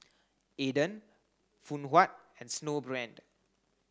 Aden Phoon Huat and Snowbrand